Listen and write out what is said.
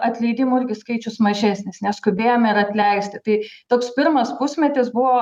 atleidimų irgi skaičius mažesnis neskubėjom ir atleisti tai toks pirmas pusmetis buvo